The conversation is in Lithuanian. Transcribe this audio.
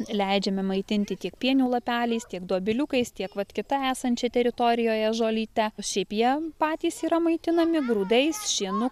leidžiame maitinti tiek pienių lapeliais tiek dobiliukais tiek vat kita esančia teritorijoje žolyte o šiaip jie patys yra maitinami grūdais šienu